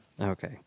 Okay